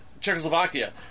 Czechoslovakia